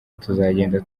tuzagenda